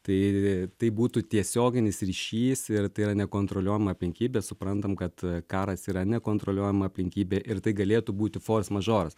taigi tai būtų tiesioginis ryšys ir tai yra nekontroliuojama aplinkybė suprantam kad karas yra nekontroliuojama aplinkybė ir tai galėtų būti fors mažoras